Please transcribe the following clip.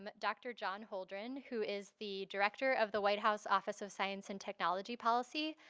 um dr. john holdren, who is the director of the white house office of science and technology policy,